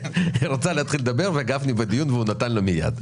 רצה להתחיל לדבר וגפני בדיון והוא נתן לו מיד.